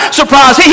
surprise